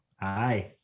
Hi